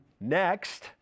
next